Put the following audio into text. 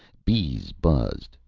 bees buzzed.